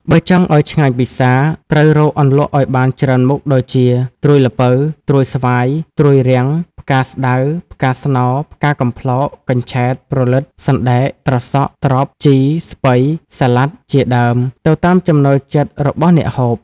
បើចង់ឱ្យឆ្ងាញ់ពិសា ត្រូវរកអន្លក់ឱ្យបានច្រើនមុខ ដូចជា ត្រួយស្ដៅ ត្រួយស្វាយ ត្រួយរាំង ផ្កាស្ដៅ ផ្កាស្នោ ផ្កាកំប្លោក កញ្ឆែត ព្រលិត សណ្ដែក ត្រសក់ ត្រប់ ជី ស្ពៃ សាលាដ ជាដើម ទៅតាមចំណូលចិត្តរបស់អ្នកហូប។